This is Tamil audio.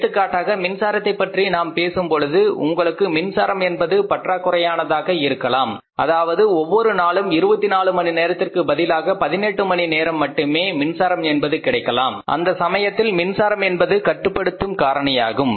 எடுத்துக்காட்டாக மின்சாரத்தைப் பற்றி நாம் பேசும் பொழுது உங்களுக்கு மின்சாரம் என்பது பற்றாக்குறையானதாக இருக்கலாம் அதாவது ஒவ்வொரு நாளும் 24 மணி நேரத்திற்கு பதிலாக 18 மணி நேரம் மட்டும் மின்சாரம் என்பது கிடைக்கலாம் அந்த சமயத்தில் மின்சாரம் என்பது கட்டுப்படுத்தும் காரணியாகும்